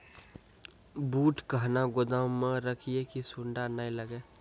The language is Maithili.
बूट कहना गोदाम मे रखिए की सुंडा नए लागे?